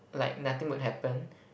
like nothing would happen